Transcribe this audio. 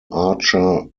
archer